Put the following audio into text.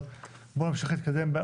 אבל בואו נמשיך להתקדם.